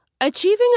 Achieving